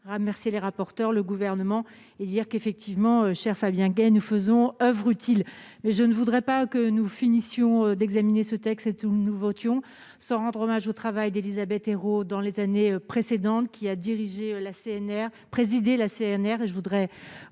remercier les rapporteurs, le gouvernement et dire qu'effectivement cher Fabien nous faisons oeuvre utile mais je ne voudrais pas que nous finissions d'examiner ce texte, c'est tout nouveau votions se rendre hommage au travail d'Élisabeth Ayrault dans les années précédentes, qui a dirigé la CNR présidé la CNR et je voudrais remercier